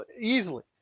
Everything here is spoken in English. easily